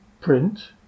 print